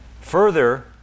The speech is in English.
Further